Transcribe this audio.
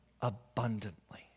abundantly